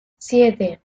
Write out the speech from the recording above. siete